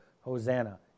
Hosanna